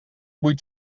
vuit